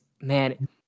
man